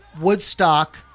Woodstock